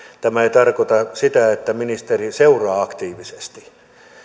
tämä ei tarkoita sitä että ministeri seuraa aktiivisesti